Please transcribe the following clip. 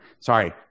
Sorry